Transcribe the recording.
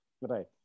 Right